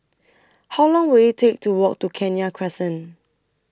How Long Will IT Take to Walk to Kenya Crescent